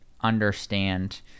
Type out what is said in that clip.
understand